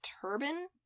turban